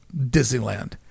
Disneyland